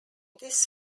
this